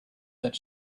that